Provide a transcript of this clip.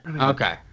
Okay